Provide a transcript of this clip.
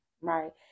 Right